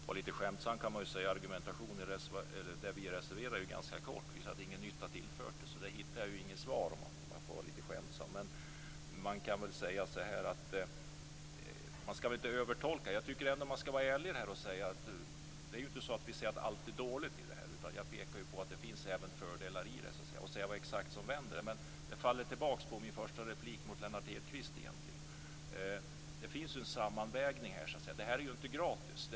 Fru talman! Lite skämtsamt går det att säga att argumentationen är kort. Det finns ingen nytta tillförd. Jag hittar inget svar där. Man skall inte göra en övertolkning. Jag skall vara ärlig och säga att allt inte är dåligt. Det finns även fördelar. Men det hela faller tillbaka på min första replik mot Lennart Hedquist. Det finns en sammanvägning. Ni mörkar att det hela inte är gratis.